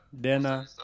Dana